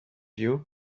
you